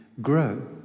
grow